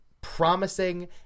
promising